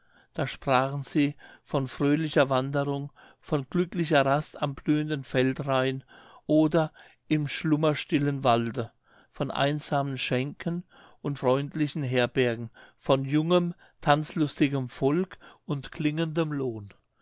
da sprachen sie von fröhlicher wanderung von glücklicher rast am blühenden feldrain oder im schlummerstillen walde von einsamen schenken und freundlichen herbergen von jungem tanzlustigem volk und klingendem lohn